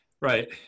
Right